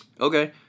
Okay